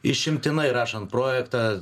išimtinai rašant projektą